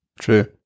true